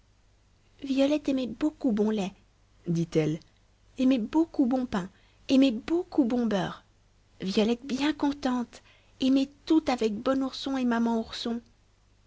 violette aimer beaucoup bon lait dit-elle aimer beaucoup bon pain aimer beaucoup bon beurre violette bien contente aimer tout avec bon ourson et maman ourson